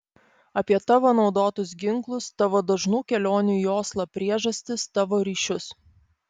apie tavo naudotus ginklus tavo dažnų kelionių į oslą priežastis tavo ryšius